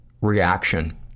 reaction